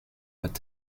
mit